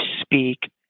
speak